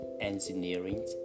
engineering